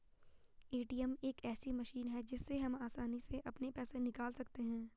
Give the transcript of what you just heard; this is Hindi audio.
ए.टी.एम एक ऐसी मशीन है जिससे हम आसानी से अपने पैसे निकाल सकते हैं